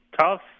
tough